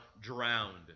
drowned